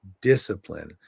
discipline